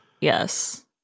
yes